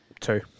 two